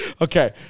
Okay